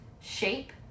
shape